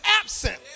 absent